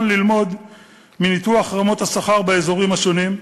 ללמוד מניתוח רמות השכר באזורים השונים,